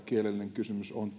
kielellinen kysymys on